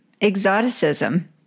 exoticism